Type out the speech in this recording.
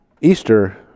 Easter